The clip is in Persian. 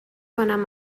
کنم